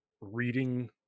reading